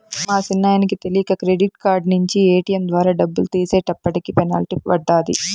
మా సిన్నాయనకి తెలీక క్రెడిట్ కార్డు నించి ఏటియం ద్వారా డబ్బులు తీసేటప్పటికి పెనల్టీ పడ్డాది